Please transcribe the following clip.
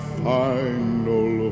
final